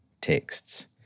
texts